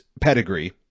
pedigree